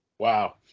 wow